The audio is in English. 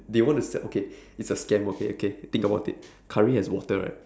they want to sel~ okay it's a scam okay okay think about it curry has water right